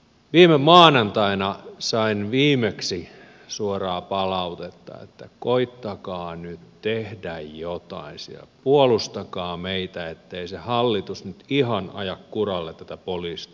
viime maanantaina sain viimeksi suoraa palautetta että koettakaa nyt tehdä jotain siellä puolustakaa meitä ettei se hallitus nyt ihan aja kuralle tätä poliisipuolta